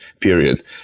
period